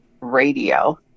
radio